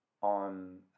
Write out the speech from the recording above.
on